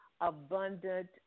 abundant